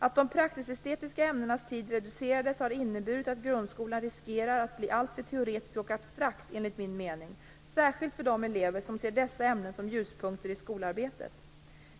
Att de praktisk/estetiska ämnenas tid reducerades har enligt min mening inneburit att grundskolan riskerar att bli alltför teoretisk och abstrakt, särskilt för de elever som ser dessa ämnen som ljuspunkter i skolarbetet.